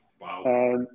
Wow